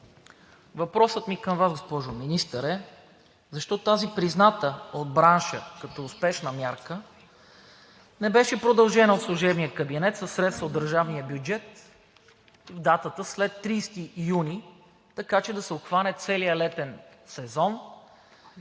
Въпросът ми към Вас, госпожо Министър, е: защо тази, призната от бранша като успешна мярка, не беше продължена от служебния кабинет със средства от държавния бюджет от датата след 30 юни, така че да се обхване целият летен сезон